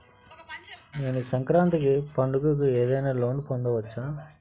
నేను సంక్రాంతి పండగ కు ఏదైనా లోన్ పొందవచ్చా?